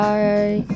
Bye